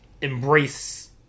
embrace